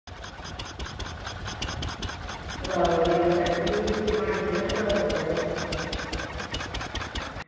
Gulabgarh side दा बी कोई पंज छे घैंटें दा रस्ता ऐ